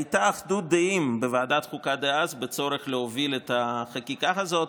הייתה אחדות דעים בוועדת החוקה דאז שיש צורך להוביל את החקיקה הזאת.